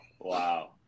wow